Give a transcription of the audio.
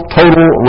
total